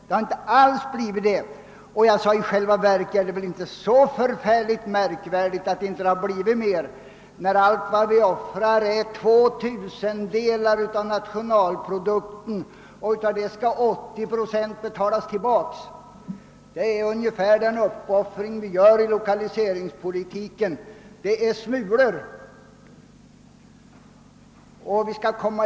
Jag sade att det i själva verket inte är så märkvärdigt att det inte har blivit mer, när allt vad vi offrar är två tusendelar av nationalprodukten och att 80 procent av det skall betalas tillbaka. Detta är den uppoffring vi gör i lokaliseringspolitiken —, det är bara smulor!